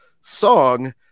song